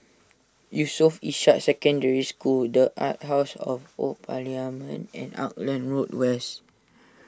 Yusof Ishak Secondary School the Arts House of Old Parliament and Auckland Road West